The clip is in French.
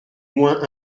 moins